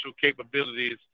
capabilities